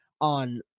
on